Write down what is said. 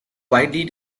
widely